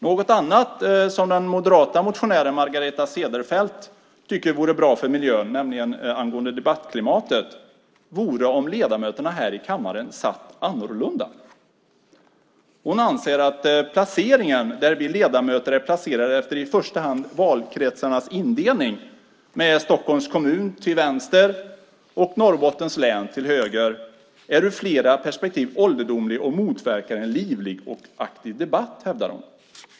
Något annat som den moderata motionären Margareta Cederfelt tycker vore bra för miljön, och då handlar det om debattklimatet, är om ledamöterna här i kammaren satt annorlunda. Hon anser att placeringen av oss ledamöter efter i första hand valkretsindelningen, med Stockholms kommun till vänster och Norrbottens län till höger, är ur flera perspektiv ålderdomlig och motverkar en livlig och aktiv debatt.